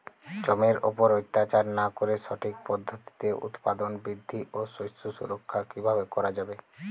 জমির উপর অত্যাচার না করে সঠিক পদ্ধতিতে উৎপাদন বৃদ্ধি ও শস্য সুরক্ষা কীভাবে করা যাবে?